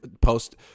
post